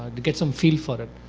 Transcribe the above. to get some feel for it.